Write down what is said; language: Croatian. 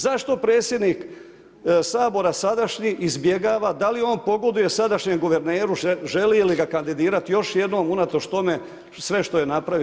Zašto predsjednik Sabora sadašnji izbjegava, da li on pogoduje sadašnjem guverneru, žali li ga kandidirati još jednom unatoč tome sve što je napravio?